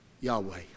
Yahweh